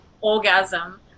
orgasm